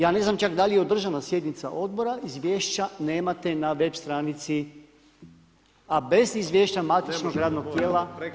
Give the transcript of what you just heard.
Ja ne znam čak da li je održana sjednica odbora, izvješća nemate na web stranici, a bez izvješća matičnog radnog tijela.